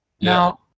Now